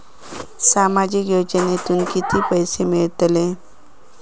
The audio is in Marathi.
सामाजिक योजनेतून किती पैसे मिळतले?